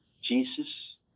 Jesus